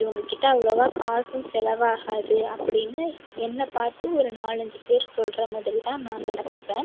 இவங்க கிட்ட அவ்வளோவா காசும் செலவாகாது அப்படின்னு என்ன பார்த்து ஒரு நாலஞ்சு பேர் சொல்கிற மாதிரி தான் நான் நடந்துப்பேன்